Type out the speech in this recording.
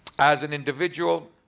as an individual,